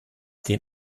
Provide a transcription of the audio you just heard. den